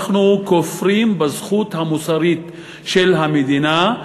אנחנו כופרים בזכות המוסרית של המדינה,